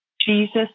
Jesus